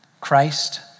Christ